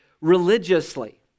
religiously